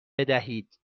بدهید